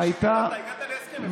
הגעת להסכם.